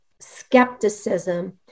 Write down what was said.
skepticism